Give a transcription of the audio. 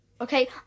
Okay